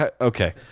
okay